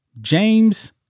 James